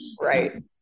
Right